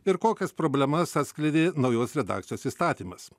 ir kokias problemas atskleidė naujos redakcijos įstatymas